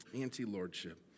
anti-lordship